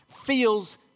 feels